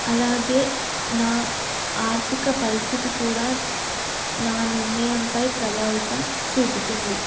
అలాగే నా ఆర్థిక పరిస్థితి కూడా నా నిర్ణయంపై ప్రభావితం చూపుతుంది